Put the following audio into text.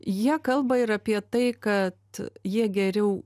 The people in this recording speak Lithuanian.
jie kalba ir apie tai kad jie geriau